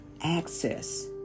access